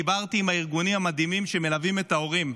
דיברתי עם הארגונים המדהימים שמלווים את ההורים.